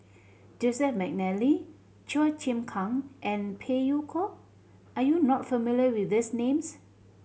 Joseph McNally Chua Chim Kang and Phey Yew Kok are you not familiar with these names